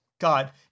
God